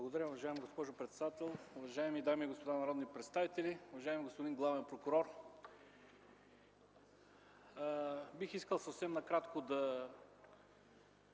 Благодаря, уважаема госпожо председател. Уважаеми дами и господа народни представители, уважаеми господин главен прокурор! Бих искал съвсем накратко да